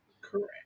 Correct